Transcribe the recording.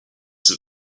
that